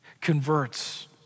converts